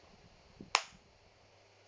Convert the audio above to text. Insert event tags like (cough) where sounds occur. (noise)